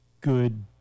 good